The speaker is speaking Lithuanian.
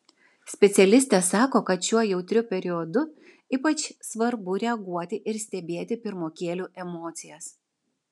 specialistė sako kad šiuo jautriu periodu ypač svarbu reaguoti ir stebėti pirmokėlių emocijas